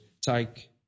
Take